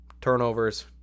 turnovers